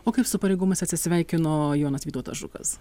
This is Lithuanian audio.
o kaip su pareigomis atsisveikino jonas vytautas žukas